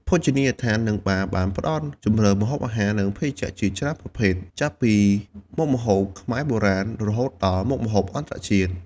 ភោជនីយដ្ឋាន និងបារ បានផ្ដល់ជម្រើសម្ហូបអាហារ និងភេសជ្ជៈជាច្រើនប្រភេទ ចាប់ពីមុខម្ហូបខ្មែរបុរាណ រហូតដល់មុខម្ហូបអន្តរជាតិ។